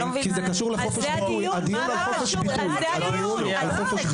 אז הוא צריך לבוא ולעשות עם זה משהו,